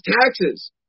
taxes